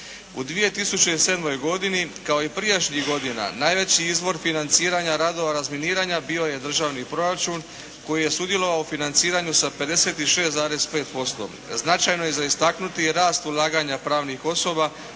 U 2007. godini kao i prijašnjih godina, najveći izvor financiranja radova razminiranja bio je državni proračun koji je sudjelovao u financiranju sa 56,5%. Značajno je za istaknuti rast ulaganja pravnih osoba,